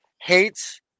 hates